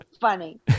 funny